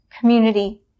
community